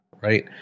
right